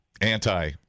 anti